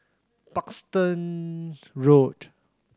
Parkstone Road